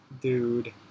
dude